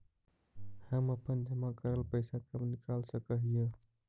हम अपन जमा करल पैसा कब निकाल सक हिय?